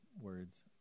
words